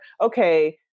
okay